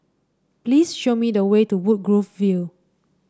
please show me the way to Woodgrove View